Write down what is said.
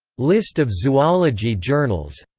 list of zoology journals